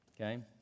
okay